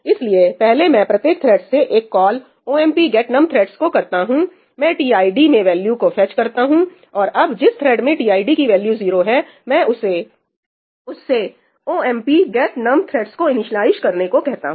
इसलिए पहले मैं प्रत्येक थ्रेड से एक call omp get num threads को करता हूं मैं टीआईडी में वैल्यू को फेच करता हूं और अब जिस थ्रेड् में टीआईडी की वैल्यू 0 हैमैं उससे omp get num threads को इनिस्लाइज करने को कहता हूं